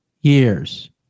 years